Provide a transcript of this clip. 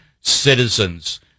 citizens